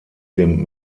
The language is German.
dem